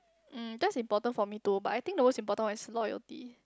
mm that's important for me too but I think the most important one is loyalty